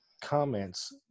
comments